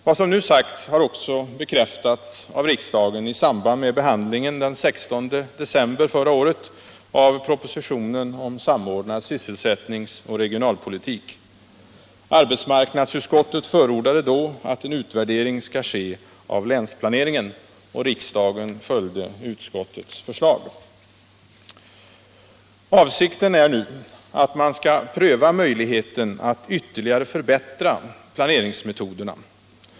Vad som nu sagts har också bekräftats av riksdagen i samband med behandlingen den 16 december förra året av propositionen om samordnad sysselsättningsoch regionalpolitik. Arbetsmarknadsutskottet förordade då en utvärdering av länsplaneringen. Avsikten är nu att man skall pröva möjligheten att ytterligare förbättra planeringsmetoderna.